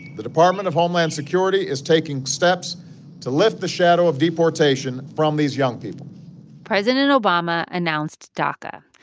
the department of homeland security is taking steps to lift the shadow of deportation from these young people president obama announced daca.